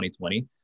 2020